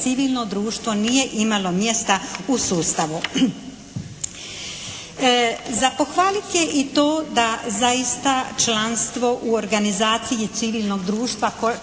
civilno društvo nije imalo mjesta u sustavu. Za pohvaliti je i to da zaista članstvo u organizaciji civilnog društva kako